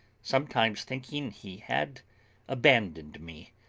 sometimes thinking he had abandoned me,